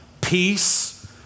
peace